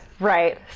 Right